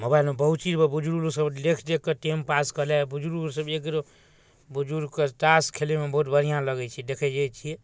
मोबाइलमे बहुत चीजमे बुजर्गसभ देखि देखिकऽ टाइमपास करलथि बुजर्गसभ एकरो बुजर्गके ताश खेलैमे बहुत बढ़िआँ लगै छै देखै जे छिए